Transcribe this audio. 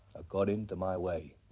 according to my way.